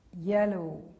yellow